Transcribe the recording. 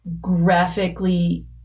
graphically